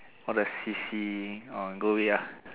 all the sissies orh go away lah